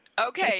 Okay